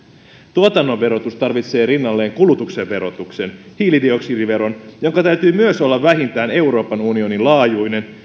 tuotannon verotus tarvitsee rinnalleen kulutuksen verotuksen hiilidioksidiveron jonka täytyy myös olla vähintään euroopan unionin laajuinen